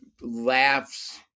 laughs